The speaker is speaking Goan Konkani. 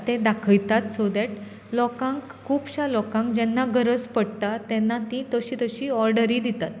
ते दाखयतात सो देट लोकांक खुबशां लोकांक जेन्ना गरज पडटा तेन्ना ती तशीं ऑर्डरी दितात